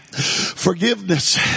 Forgiveness